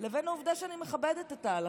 לבין העובדה שאני מכבדת את ההלכה.